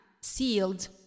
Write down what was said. sealed